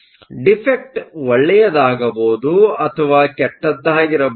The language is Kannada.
ಆದ್ದರಿಂದ ಡಿಫೆಕ್ಟ್Defect ಒಳ್ಳೆಯದಾಗಬಹುದು ಅಥವಾ ಕೆಟ್ಟದ್ದಾಗಿರಬಹುದು